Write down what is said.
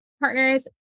partners